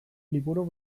liburu